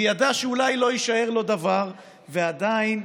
וידעה שאולי לא יישאר לו דבר, ועדיין,